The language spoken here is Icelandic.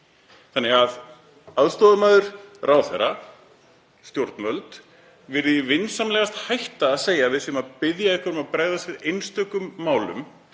Þannig að aðstoðarmaður ráðherra, stjórnvöld, viljið þið vinsamlegast hætta að segja að við séum að biðja ykkur um að bregðast við einstökum málum.